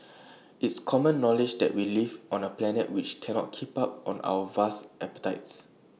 it's common knowledge that we live on A planet which cannot keep up on our vast appetites